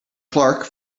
clark